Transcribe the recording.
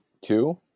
two